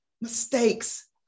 mistakes